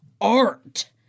art